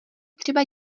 třeba